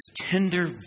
tender